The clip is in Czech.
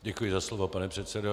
Děkuji za slovo, pane předsedo.